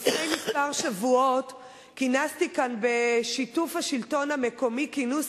לפני כמה שבועות כינסתי כאן בשיתוף השלטון המקומי כינוס